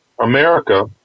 America